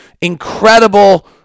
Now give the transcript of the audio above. incredible